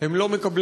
הם לא מקבלים